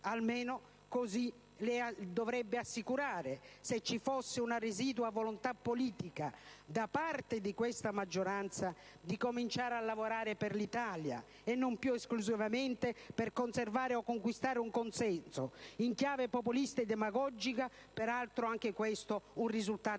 almeno le dovrebbe assicurare se vi fosse una residua volontà politica da parte di questa maggioranza di cominciare a lavorare per l'Italia e non più esclusivamente per conservare o conquistare un consenso in chiave populista e demagogica (peraltro anche questo è un risultato mancato,